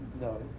No